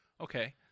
Okay